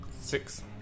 Six